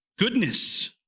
Goodness